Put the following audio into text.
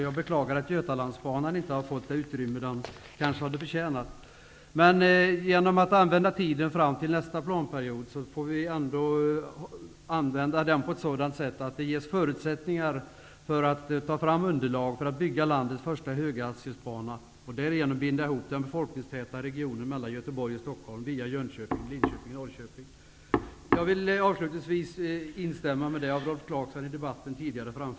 Jag beklagar att Götalandsbanan inte har fått det utrymme som den kanske hade förtjänat. Men man får använda tiden fram till nästa planperiod på ett sådant sätt att det ges förutsättningar för att ta fram underlag för att bygga landets första höghastighetsbana och därigenom binda ihop den befolkningstäta regionen mellan Göteborg och Stockholm via Avslutningsvis vill jag instämma i det av Rolf